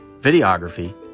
videography